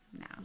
now